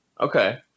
Okay